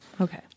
Okay